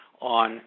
on